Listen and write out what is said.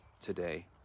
today